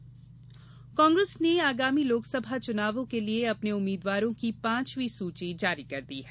कांग्रेस उम्मीदवार कांग्रेस ने आगामी लोकसभा चुनावों के लिए अपने उम्मीदवारों की पाचवीं सूची जारी कर दी है